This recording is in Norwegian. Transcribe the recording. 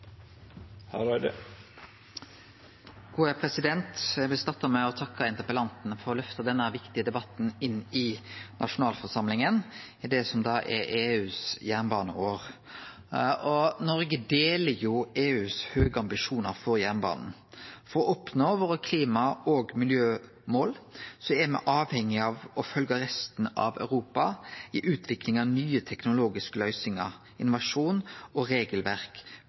i framtiden? Eg vil starte med å takke interpellanten for å løfte denne viktige debatten inn i nasjonalforsamlinga i det som er EUs jernbaneår. Noreg deler EUs høge ambisjonar for jernbane. For å oppnå klima- og miljømåla våre er me avhengige av å følgje resten av Europa i utviklinga av nye teknologiske løysingar, innovasjon og regelverk